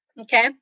okay